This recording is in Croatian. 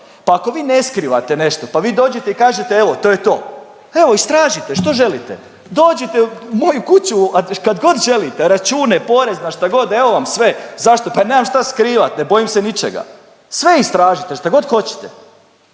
Pa ako vi ne skrivate nešto pa vi dođete i kažete evo to je to. Evo istražite što želite, dođite u moju kuću kad god želite, račune, porezna šta god, evo vam sve. Zašto? Pa nemam šta skrivat, ne bojim se ničega. Sve istražite šta god hoćete.